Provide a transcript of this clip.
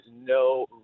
no